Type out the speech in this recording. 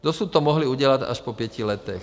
Dosud to mohli udělat až po pěti letech.